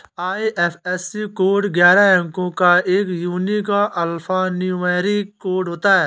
IFSC code ग्यारह अंको का एक यूनिक अल्फान्यूमैरिक कोड होता है